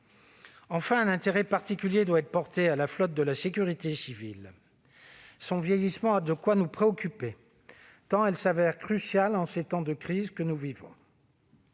Enfin, un intérêt particulier doit être porté à la flotte de la sécurité civile. Son vieillissement a de quoi nous préoccuper, tant elle se révèle cruciale en ces temps de crise. Ce projet